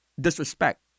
Disrespect